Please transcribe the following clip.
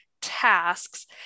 tasks